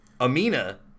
Amina